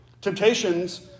Temptations